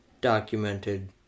documented